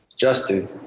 Justin